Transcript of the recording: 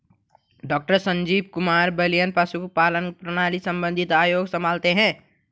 doctor Sanjeev Kumar Baliyan पशुपालन प्रणाली संबंधित आयोग संभालते हैं